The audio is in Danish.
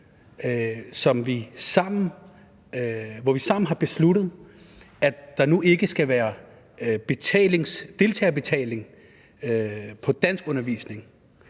hvor vi sammen har besluttet, at der nu ikke mere skal være deltagerbetaling for danskundervisning.